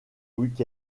week